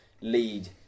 lead